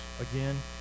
again